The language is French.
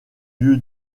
lieu